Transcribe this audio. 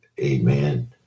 Amen